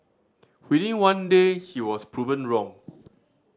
within one day he was proven wrong